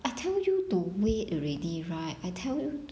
I tell you wait already right I tell you